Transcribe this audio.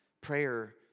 prayer